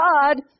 God